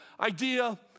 idea